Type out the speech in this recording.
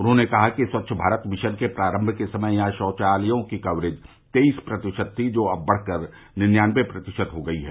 उन्होंने कहा कि स्वच्छ भारत मिशन के प्रारम्म के समय यहां शौचालयों की कवरेज तेईस प्रतिशत थी जो अब बढ़कर निंनयानवें प्रतिशत हो गई है